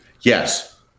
Yes